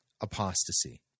apostasy